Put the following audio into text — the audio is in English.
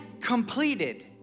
completed